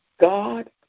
God